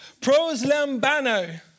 Proslambano